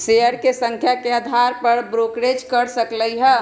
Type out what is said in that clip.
share के संख्या के अधार पर ब्रोकरेज बड़ सकलई ह